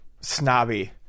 snobby